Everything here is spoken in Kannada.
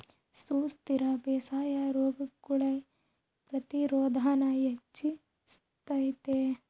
ಸುಸ್ಥಿರ ಬೇಸಾಯಾ ರೋಗಗುಳ್ಗೆ ಪ್ರತಿರೋಧಾನ ಹೆಚ್ಚಿಸ್ತತೆ